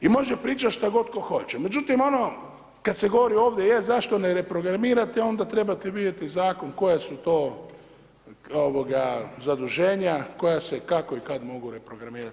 I može pričat šta god tko hoće, međutim ono kad se govori ovdje je, zašto ne reprogramirate, onda treba vidjeti zakon koja su to zaduženja koja se, kako i kad mogu reprogramirati.